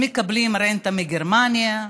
הם מקבלים רנטה מגרמניה,